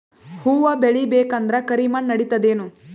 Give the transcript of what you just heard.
ಹುವ ಬೇಳಿ ಬೇಕಂದ್ರ ಕರಿಮಣ್ ನಡಿತದೇನು?